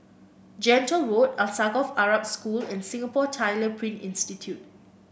Gentle Road Alsagoff Arab School and Singapore Tyler Print Institute